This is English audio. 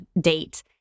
date